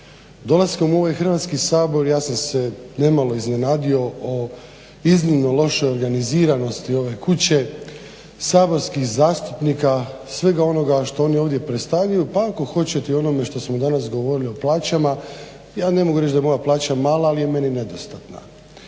Dolaskom u ovaj Hrvatski sabor ja sam se nemalo iznenadio o iznimno lošoj organiziranosti ove kuće, saborskih zastupnika, svega onoga što oni predstavljaju pa ako hoćete i onome što smo danas govorili o plaćama. Ja ne mogu reći da je moja plaća ali je meni nedostatna.